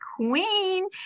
Queen